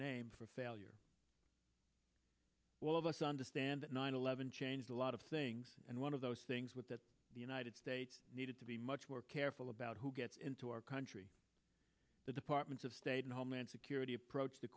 name for failure well of us understand that nine eleven changed a lot of things and one of those things with that the united states needed to be much more careful about who gets into our country the departments of state and homeland security approach the